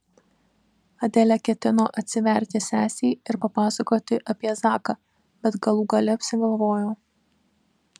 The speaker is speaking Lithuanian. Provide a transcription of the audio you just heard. adelė ketino atsiverti sesei ir papasakoti apie zaką bet galų gale apsigalvojo